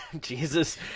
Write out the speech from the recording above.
Jesus